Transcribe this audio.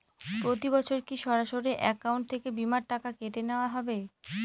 প্রতি বছর কি সরাসরি অ্যাকাউন্ট থেকে বীমার টাকা কেটে নেওয়া হবে?